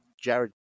Jared